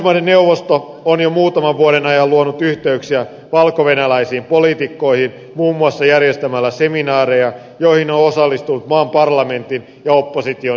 pohjoismaiden neuvosto on jo muutaman vuoden ajan luonut yhteyksiä valkovenäläisiin poliitikkoihin muun muassa järjestämällä seminaareja joihin on osallistunut maan parlamentin ja opposition edustajia